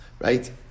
right